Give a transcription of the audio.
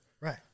Right